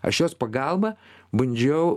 aš jos pagalba bandžiau